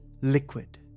liquid